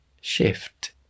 Shift